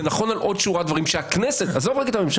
זה נכון על עוד שורת דברים שהכנסת, עזוב